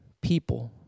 people